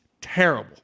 terrible